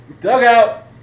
Dugout